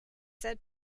said